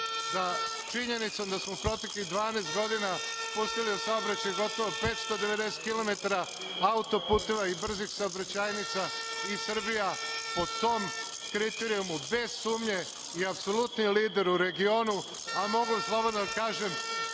činjenicom da smo u proteklih 12 godina pustili u saobraćaj gotovo 590 kilometara autoputeva i brzih saobraćajnica i Srbija po tom kriterijum bez sumnje je apsolutni lider u regionu, a mogu slobodno da kaže